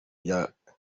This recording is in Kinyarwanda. byagutse